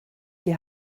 die